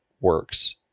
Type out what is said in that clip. works